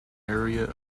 area